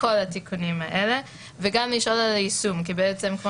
לכל התיקונים האלה וגם לשאול על היישום כי כמו